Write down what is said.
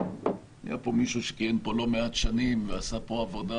היה פה מישהו שכיהן פה לא מעט שנים ועשה פה עבודה